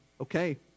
Okay